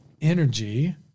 energy